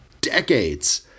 decades